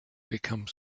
becomes